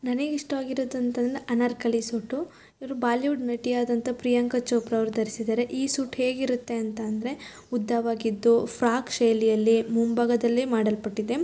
ನನಗೆ ಇಷ್ಟವಾಗಿರುದಂತಂದ್ರೆ ಅನಾರ್ಕಲಿ ಸೂಟು ಇವರು ಬಾಲಿವುಡ್ ನಟಿಯಾದಂಥ ಪ್ರಿಯಾಂಕ ಚೋಪ್ರಾ ಅವ್ರು ಧರಿಸಿದ್ದಾರೆ ಈ ಸೂಟ್ ಹೇಗಿರುತ್ತೆ ಅಂತ ಅಂದರೆ ಉದ್ದವಾಗಿದ್ದು ಫ್ರಾಕ್ ಶೈಲಿಯಲ್ಲಿ ಮುಂಭಾಗದಲ್ಲಿ ಮಾಡಲ್ಪಟ್ಟಿದೆ